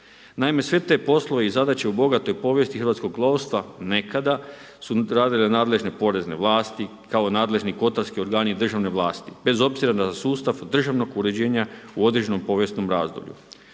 Naime, sve te poslove i zadaće u bogatoj povijesti hrvatskog lovstva nekada su radile nadležne porezne vlasti kao nadležni kotarski organi državne vlasti, bez obzira na sustav državnog uređena u određenom povijesnom razdoblju.